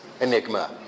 Enigma